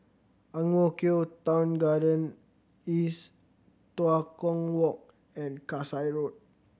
Ang Mo Kio Town Garden East Tua Kong Walk and Kasai Road